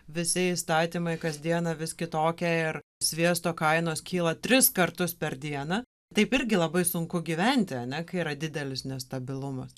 visi įstatymai kasdieną vis kitokie ir sviesto kainos kyla tris kartus per dieną taip irgi labai sunku gyventi ane kai yra didelis nestabilumas